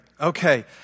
Okay